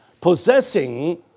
possessing